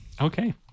Okay